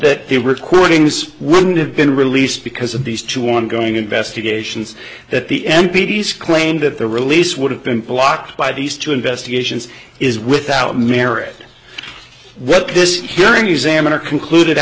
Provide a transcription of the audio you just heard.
that the recordings wouldn't have been released because of these two ongoing investigations that the n p t s claim that their release would have been blocked by these two investigations is without merit what this hearing examiner concluded